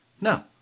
No